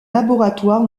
laboratoire